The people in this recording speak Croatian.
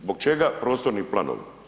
Zbog čega prostorni planovi?